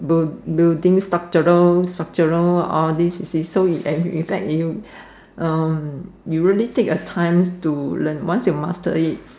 build~ building structural structural all these you see so in fact it um you really take a time to learn once you mastered it